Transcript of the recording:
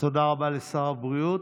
תודה רבה לשר הבריאות.